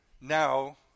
now